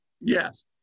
yes